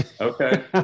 okay